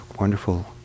wonderful